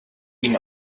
ihn